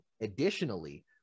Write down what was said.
additionally